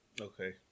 Okay